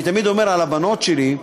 אני תמיד אומר על הבנות שלי,